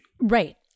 Right